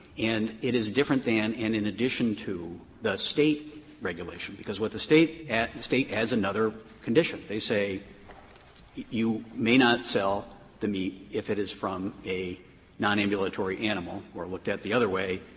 and it is different than and in addition to the state regulation, because what the state the state adds another condition. they say you may not sell the meat if it is from a nonambulatory animal or, looked at the other way,